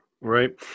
right